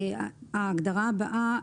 ההגדרה הבאה